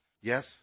Yes